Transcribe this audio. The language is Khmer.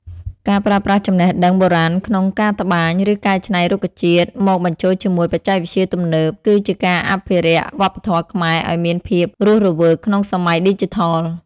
ការប្រើប្រាស់ចំណេះដឹងបុរាណក្នុងការត្បាញ ឬកែច្នៃរុក្ខជាតិមកបញ្ចូលជាមួយបច្ចេកវិទ្យាទំនើប គឺជាការអភិរក្សវប្បធម៌ខ្មែរឱ្យមានភាពរស់រវើកក្នុងសម័យឌីជីថល។